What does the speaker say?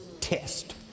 test